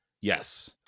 Yes